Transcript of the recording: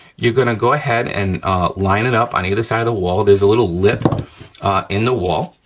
you're gonna go ahead and line it up on either side of the wall, there's a little lip in the wall,